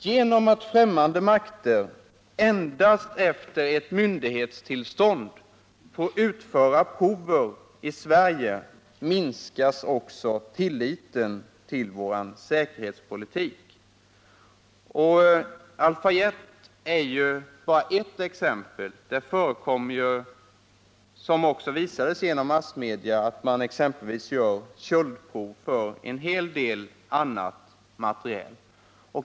Genom att främmande makter efter endast ett myndighetstillstånd får utföra prover i Sverige minskas också tilliten till vår säkerhetspolitik. Alpha-Jet är bara ett exempel; det förekommer, som också visades i massmedia, att man gör köldprov för en hel del annan materiel.